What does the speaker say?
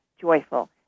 joyful